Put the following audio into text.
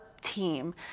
team